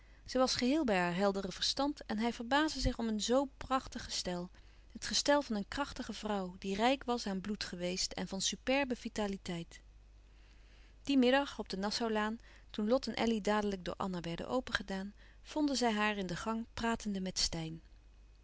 zij was geheel bij haar heldere verstand en hij verbaasde zich om een zoo prachtig gestel het gestel van een krachtige vrouw die rijk was aan bloed geweest en van superbe vitaliteit dien middag op de nassaulaan toen lot en elly dadelijk door anna werden opengedaan vonden zij haar in de gang pratende met steyn